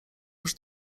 już